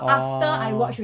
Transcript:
orh